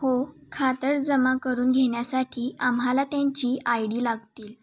हो खातरजमा करून घेण्यासाठी आम्हाला त्यांची आय डी लागतील